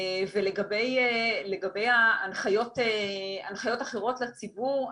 לגבי הנחיות אחרות לציבור: